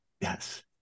Yes